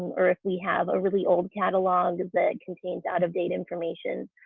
and or if we have a really old catalogue that contains out-of-date information,